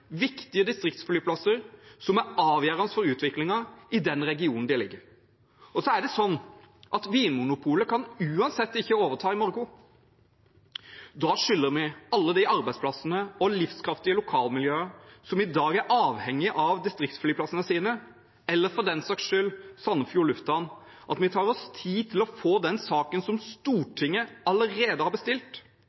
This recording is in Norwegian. viktige distriktsflyplasser som er avgjørende for utviklingen i den regionen de ligger i. Vinmonopolet kan uansett ikke overta i morgen. Vi skylder alle de arbeidsplassene og de livskraftige lokalmiljøene som i dag er avhengig av distriktflyplassene sine, eller for den saks skyld Sandefjord lufthavn, at vi tar oss tid til å få den saken som Stortinget allerede har bestilt,